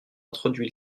introduit